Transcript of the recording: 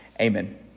Amen